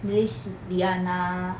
miss liana